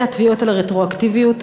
והתביעות על הרטרואקטיביות,